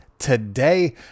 Today